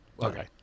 Okay